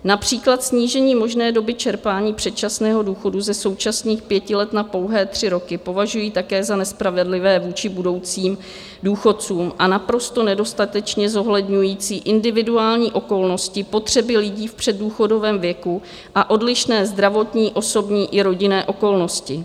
Například snížení možné doby čerpání předčasného důchodu ze současných pěti let na pouhé tři roky považují také za nespravedlivé vůči budoucím důchodcům a naprosto nedostatečně zohledňující individuální okolnosti, potřeby lidí v předdůchodovém věku a odlišné zdravotní, osobní i rodinné okolnosti.